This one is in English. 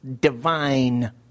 divine